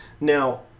Now